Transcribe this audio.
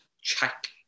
check